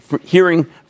hearing